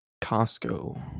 Costco